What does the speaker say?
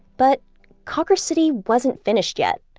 but cawker city wasn't finished yet.